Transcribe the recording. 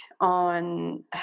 on